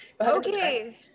Okay